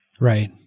right